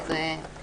ועל זה תודה.